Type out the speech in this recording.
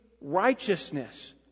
righteousness